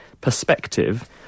perspective